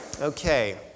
Okay